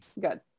Good